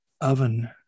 oven